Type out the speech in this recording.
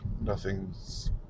Nothing's